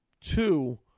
two